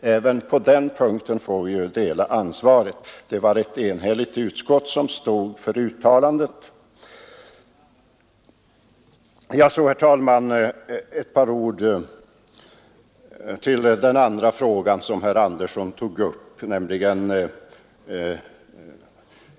Även på den punkten får vi alltså dela ansvaret. Det var ett enhälligt utskott som stod för uttalandet. Så ett par ord om den andra frågan som herr Andersson tog upp.